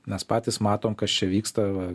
mes patys matom kas čia vyksta va